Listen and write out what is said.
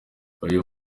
uyu